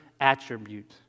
attribute